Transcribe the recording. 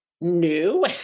new